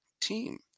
team